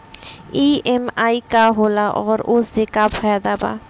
EMI का होला और ओसे का फायदा बा?